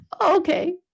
Okay